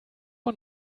one